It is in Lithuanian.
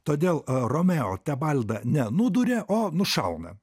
todėl romeo tebaldą nenuduria o nušauna